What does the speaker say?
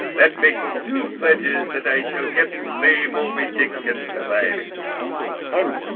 that makes two pledges that i shall yet slay moby. dick can survive it him.